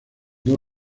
dos